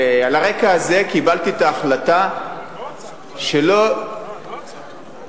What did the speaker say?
על הרקע הזה קיבלתי את ההחלטה שלא ארשה